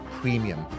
premium